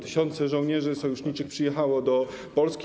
Tysiące żołnierzy sojuszniczych przyjechało do Polski.